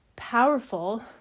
powerful